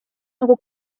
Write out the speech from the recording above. nagu